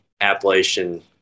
Appalachian